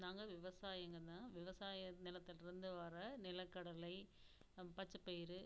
நாங்க விவசாயிங்கன்னா விவசாய நிலத்திலேருந்து வர நிலக்கடலை பச்சைப்பயிறு